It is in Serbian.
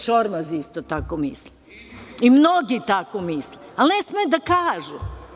Šormaz isto tako misli i mnogi tako misle, ali ne smeju da kažu.